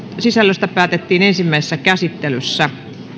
sisällöstä päätettiin ensimmäisessä käsittelyssä